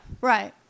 Right